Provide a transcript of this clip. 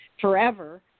forever